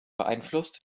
beeinflusst